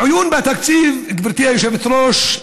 מעיון בתקציב, גברתי היושבת-ראש,